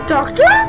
Doctor